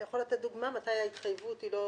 אתה יכול לתת דוגמה, מתי ההתחייבות היא לא